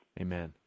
Amen